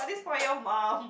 for your mom